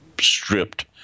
stripped